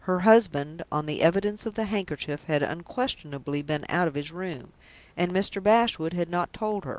her husband, on the evidence of the handkerchief had unquestionably been out of his room and mr. bashwood had not told her.